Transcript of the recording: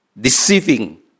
deceiving